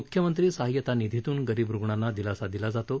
मुख्यमंत्री सहायता निधीतून गरीब रुग्णांना दिलासा दिला जातो